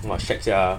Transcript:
!wah! shag sia